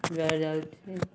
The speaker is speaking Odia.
ଯୁଆଡ଼େ ଯାଉଛି